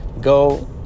go